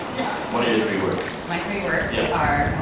yeah what are your three words? my three words yeah are